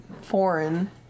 foreign